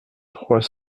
trois